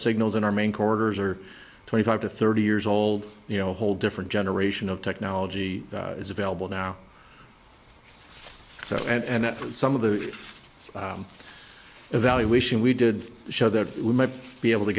signals in our main corridors are twenty five to thirty years old you know a whole different generation of technology is available now so and some of the evaluation we did show that we might be able to